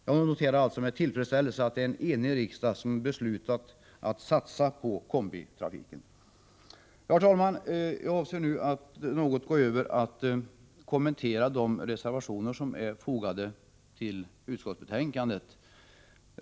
Jag noterar som sagt med tillfredsställelse att det är en enig riksdag som beslutar att satsa på kombitrafiken. Herr talman! Jag avser nu att övergå till att kommentera de reservationer som är fogade till utskottsbetänkandet.